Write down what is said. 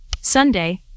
Sunday